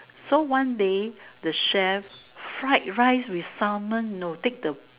so one day the chef fried rice with Salmon you know take the